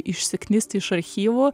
išsiknisti iš archyvų